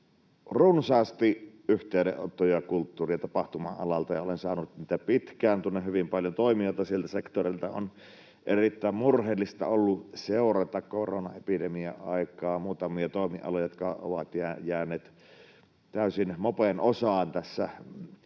runsaasti yhteydenottoja kulttuuri- ja tapahtuma-alalta, ja olen saanut niitä pitkään. Tunnen hyvin paljon toimijoita siltä sektorilta. On erittäin murheellista ollut seurata koronaepidemian aikaan muutamia toimialoja, jotka ovat jääneet täysin mopen osaan tässä tilanteessa